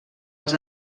els